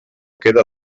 queda